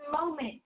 moment